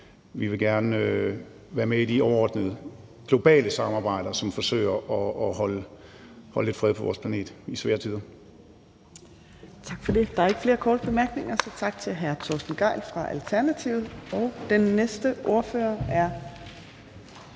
vi vil gerne være med i de overordnede globale samarbejder, som forsøger at holde lidt fred på vores planet i svære tider.